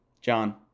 John